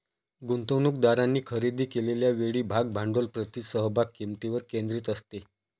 गुंतवणूकदारांनी खरेदी केलेल्या वेळी भाग भांडवल प्रति समभाग किंमतीवर केंद्रित असते